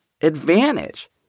advantage